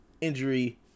injury